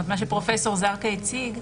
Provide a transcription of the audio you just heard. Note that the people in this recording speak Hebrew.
מה שפרופ' זרקא הציג,